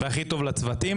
הכי טוב לצוותים.